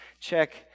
check